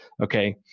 Okay